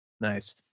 Nice